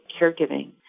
caregiving